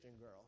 girl